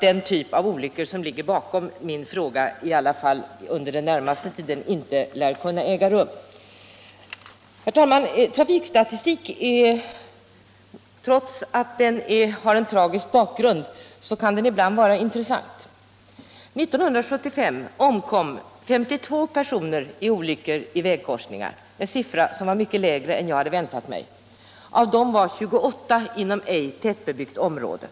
Den typ av olyckor som låg bakom min fråga bör alltså i varje fall inte inträffa under den närmaste tiden. Herr talman! Trafikstatistik kan — trots att den har en tragisk bakgrund —- ibland vara intressant. År 1975 omkom 52 personer vid olyckor i vägkorsningar — en siffra som var mycket lägre än jag hade väntat mig. Av de olyckorna inträffade 28 inom ej tättbebyggt område.